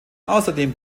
außerdem